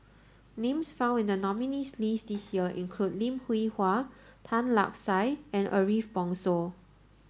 names found in the nominees' list this year include Lim Hwee Hua Tan Lark Sye and Ariff Bongso